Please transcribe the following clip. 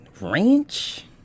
Ranch